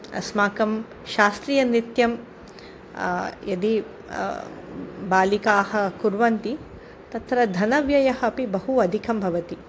अस्माकं शास्त्रीयनृत्यं यदि बालिकाः कुर्वन्ति तत्र धनव्ययः अपि बहु अधिकं भवति